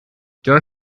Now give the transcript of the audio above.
der